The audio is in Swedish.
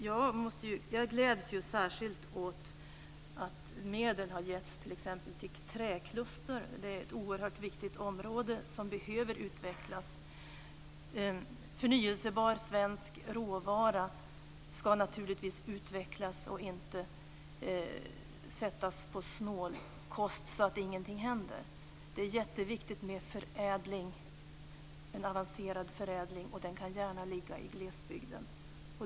Jag gläds särskilt åt att medel har getts t.ex. till ett träkluster. Det är ett oerhört viktigt område som behöver utvecklas. Förnybar svensk råvara ska naturligtvis utvecklas och inte sättas på snålkost så att ingenting händer. Det är jätteviktigt med en avancerad förädling, och den kan gärna ligga i glesbygden.